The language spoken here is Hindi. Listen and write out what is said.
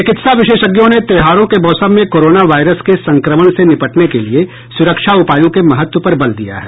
चिकित्सा विशेषज्ञों ने त्योहारों के मौसम में कोरोना वायरस के संक्रमण से निपटने के लिए सुरक्षा उपायों के महत्व पर बल दिया है